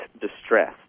distress